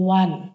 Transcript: one